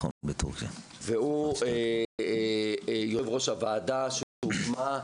בטורקיה, והוא יושב-ראש הוועדה שהוקמה.